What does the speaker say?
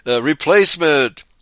replacement